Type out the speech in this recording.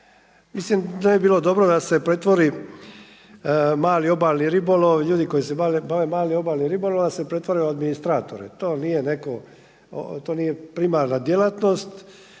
Mislim da je bilo dobro da se pretvori mali obalni ribolov, ljudi koji se bave malim obalnim ribolovom, vam se pretvaraju u administratore. To nije primarna djelatnost,